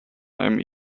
einem